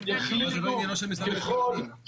--- אבל זה לא עניינו של המשרד לביטחון פנים.